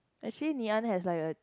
actually Ngee-Ann has like a